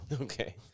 Okay